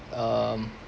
um